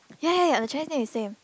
ya ya the Chinese name is same